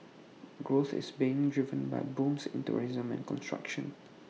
growth is being driven by booms in tourism and construction